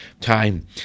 time